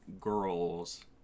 girls